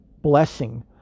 blessing